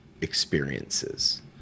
experiences